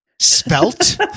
spelt